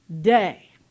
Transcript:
day